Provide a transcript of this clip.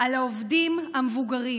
על העובדים המבוגרים.